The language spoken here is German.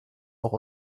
auch